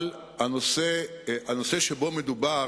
הנושא שבו מדובר,